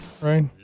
Right